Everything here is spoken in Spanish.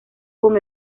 con